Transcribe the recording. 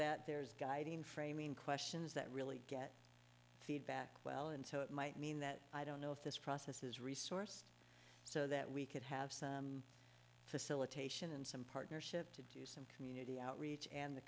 that there's guiding framing questions that really get feedback well and so it might mean that i don't know if this process is resourced so that we could have some facilitation and some partnership to do community outreach and the